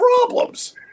problems